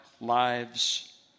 lives